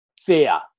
fear